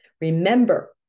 Remember